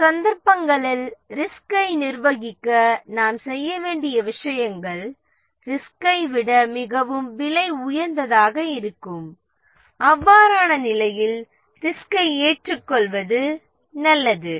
இந்த சந்தர்ப்பங்களில் ரிஸ்கை நிர்வகிக்க நாம் செய்ய வேண்டிய விஷயங்கள் ரிஸ்கை விட மிகவும் விலை உயர்ந்ததாக இருக்கும் அவ்வாறான நிலையில் ரிஸ்கை ஏற்றுக்கொள்வது நல்லது